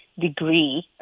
degree